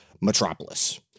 Metropolis